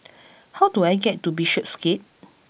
how do I get to Bishopsgate